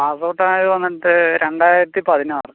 pass out ആയി വന്നിട്ട് രണ്ടായിരത്തിപ്പതിനാറ്